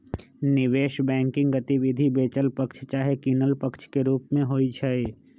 निवेश बैंकिंग गतिविधि बेचल पक्ष चाहे किनल पक्ष के रूप में होइ छइ